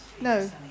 no